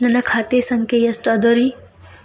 ನನ್ನ ಖಾತೆ ಸಂಖ್ಯೆ ಎಷ್ಟ ಅದರಿ?